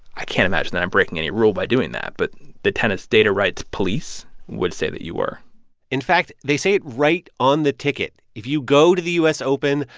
i can't imagine that i'm breaking any rule by doing that. but the tennis data rights police would say that you were in fact, they say it right on the ticket. if you go to the u s. open,